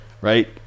right